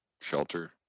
shelter